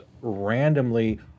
randomly